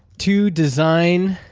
to design